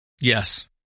Yes